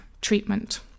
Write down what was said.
treatment